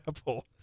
apple